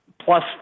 plus